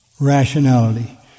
Rationality